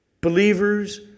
Believers